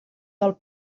del